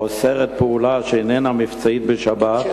האוסרת פעולה שאיננה מבצעית בשבת,